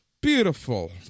beautiful